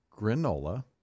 Granola